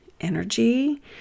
energy